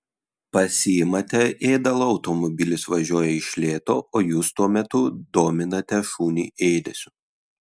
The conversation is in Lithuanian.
pasiimate ėdalo automobilis važiuoja iš lėto o jūs tuo metu dominate šunį ėdesiu